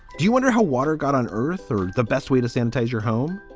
do you wonder how water got on earth? or the best way to sanitize your home?